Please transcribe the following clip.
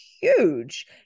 Huge